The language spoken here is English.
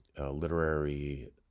literary